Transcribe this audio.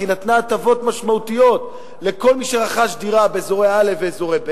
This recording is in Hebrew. כי הוא נתן הטבות משמעותיות לכל מי שרכש דירה באזורי א' ובאזורי ב'.